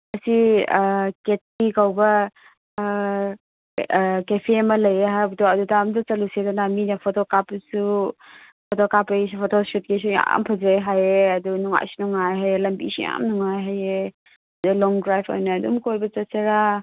ꯁꯤ ꯀꯦ ꯇꯤ ꯀꯧꯕ ꯀꯦꯐꯦ ꯑꯃ ꯂꯩꯑꯦ ꯍꯥꯏꯕꯗꯣ ꯑꯗꯨꯗ ꯑꯝꯇ ꯆꯠꯂꯨꯁꯤꯗꯅ ꯃꯤꯅ ꯐꯣꯇꯣ ꯀꯥꯞꯄꯁꯨ ꯐꯣꯇꯣ ꯀꯥꯞꯄꯒꯤꯁꯨ ꯐꯣꯇꯣ ꯁꯨꯠꯀꯤꯁꯨ ꯌꯥꯝ ꯐꯖꯩ ꯍꯥꯏꯑꯦ ꯑꯗꯨ ꯅꯨꯡꯉꯥꯏꯁꯨ ꯅꯨꯡꯉꯥꯏ ꯍꯥꯏꯑꯦ ꯂꯝꯕꯤꯁꯨ ꯌꯥꯝ ꯅꯨꯡꯉꯥꯏ ꯍꯥꯏꯑꯦ ꯑꯗꯣ ꯂꯣꯡ ꯗ꯭ꯔꯥꯏꯕ ꯑꯣꯏꯅ ꯑꯗꯨꯝ ꯀꯣꯏꯕ ꯆꯠꯁꯤꯔ